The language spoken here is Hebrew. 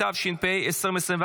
התשפ"ה 2024,